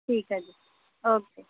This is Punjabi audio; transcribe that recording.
ਠੀਕ ਹੈ ਜੀ ਓਕੇ